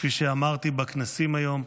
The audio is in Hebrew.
כפי שאמרתי בכנסים היום,